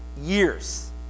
years